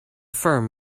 firm